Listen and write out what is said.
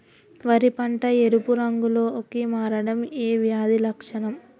వరి పంట ఎరుపు రంగు లో కి మారడం ఏ వ్యాధి లక్షణం?